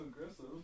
aggressive